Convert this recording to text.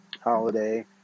holiday